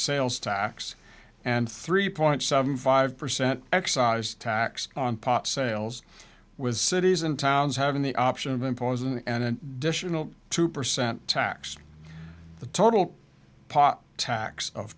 sales tax and three point seven five percent excise tax on pot sales with cities and towns having the option of imposing an an dish or two percent tax the total pot tax of